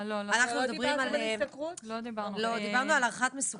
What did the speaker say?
לא, לא, דיברנו על הערכת מסוכנות.